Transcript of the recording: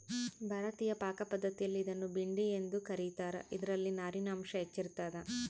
ಭಾರತೀಯ ಪಾಕಪದ್ಧತಿಯಲ್ಲಿ ಇದನ್ನು ಭಿಂಡಿ ಎಂದು ಕ ರೀತಾರ ಇದರಲ್ಲಿ ನಾರಿನಾಂಶ ಹೆಚ್ಚಿರ್ತದ